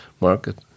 market